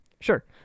Sure